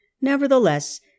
Nevertheless